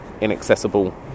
inaccessible